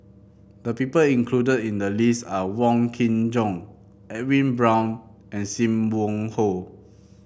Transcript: the people included in the list are Wong Kin Jong Edwin Brown and Sim Wong Hoo